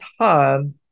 time